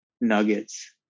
Nuggets